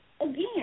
again